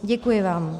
Děkuji vám.